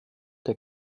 der